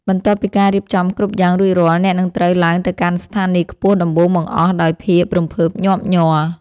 បន្ទាប់ពីការរៀបចំគ្រប់យ៉ាងរួចរាល់ អ្នកនឹងត្រូវឡើងទៅកាន់ស្ថានីយខ្ពស់ដំបូងបង្អស់ដោយភាពរំភើបញាប់ញ័រ។